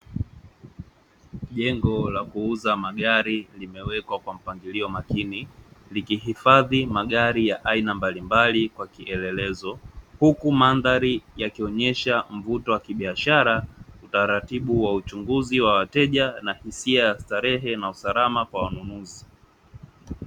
Jengo la kuuza magari limewekwa kwa mpangilio makini, likihifadhi magari ya aina mbalimbali kwa kielelezo, huku madhari yakionesha mvuto wa kibiashara, utaratibu wa uchunguzi wa wateja na hisia ya starehe na usalama kwa wanunuzi.